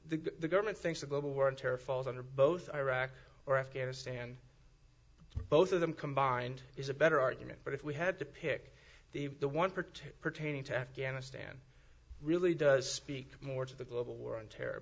iraq the government thinks the global war on terror falls under both iraq or afghanistan both of them combined is a better argument but if we had to pick the one protect pertaining to afghanistan really does speak more to the global war on terror